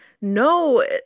No